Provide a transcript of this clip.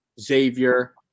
Xavier